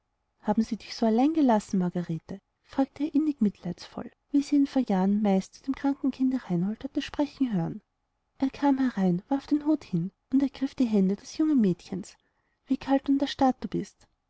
haben sie dich so allein gelassen margarete fragte er innig mitleidsvoll wie sie ihn vor jahren meist zu dem kranken kinde reinhold hatte sprechen hören er kam herein warf den hut hin und ergriff die hände des jungen mädchens wie kalt und erstarrt du bist